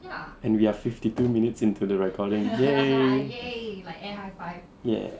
and we are fifty two minutes into the recording !yay! ya